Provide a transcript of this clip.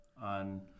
on